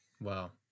Wow